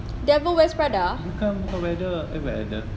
devil wears prada